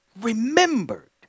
remembered